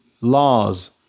laws